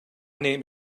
name